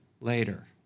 later